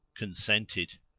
consented.